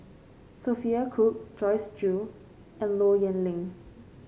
Sophia Cooke Joyce Jue and Low Yen Ling